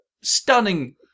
stunning